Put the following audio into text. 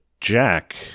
jack